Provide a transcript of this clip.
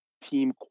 team